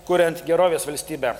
kuriant gerovės valstybę